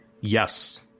Yes